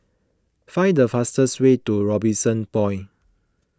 find the fastest way to Robinson Point